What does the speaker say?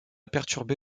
perturbé